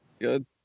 Good